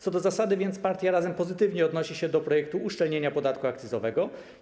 Co do zasady więc partia Razem pozytywnie odnosi się do projektu uszczelnienia podatku akcyzowego.